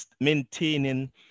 maintaining